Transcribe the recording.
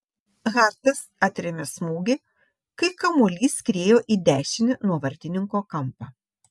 hartas atrėmė smūgį kai kamuolys skriejo į dešinį nuo vartininko kampą